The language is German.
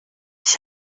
ich